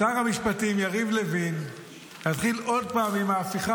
לשר המשפטים יריב לוין להתחיל עוד פעם עם ההפיכה